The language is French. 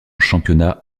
championnat